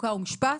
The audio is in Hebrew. חוקה ומשפט,